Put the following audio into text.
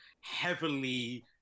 heavily